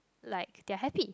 like they're happy